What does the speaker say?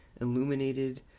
illuminated